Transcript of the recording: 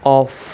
off